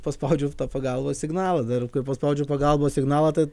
paspaudžiau tą pagalbos signalą dar kai paspaudžiau pagalbos signalą tai